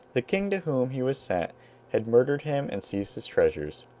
the king to whom he was sent had murdered him and seized his treasures.